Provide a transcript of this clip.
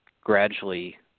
gradually